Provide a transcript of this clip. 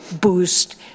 boost